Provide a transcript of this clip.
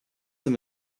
him